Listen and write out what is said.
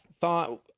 thought—